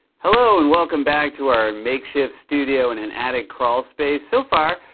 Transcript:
hello and welcome back to our makeshift studio in an attic crawl space. so far,